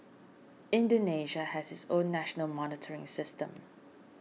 Indonesia has its own national monitoring system